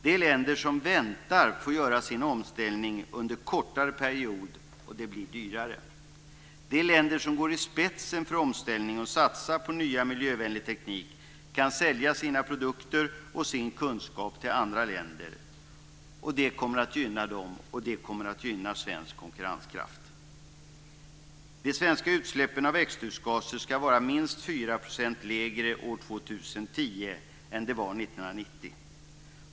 De länder som väntar får göra sin omställning under kortare period, och det blir dyrare. De länder som går i spetsen för omställning och satsar på ny miljövänlig teknik kan sälja sina produkter och sin kunskap till andra länder. Det kommer att gynna dem, och det kommer att gynna svensk konkurrenskraft. De svenska utsläppen av växthusgaser ska vara minst 4 % lägre år 2010 än de var år 1990.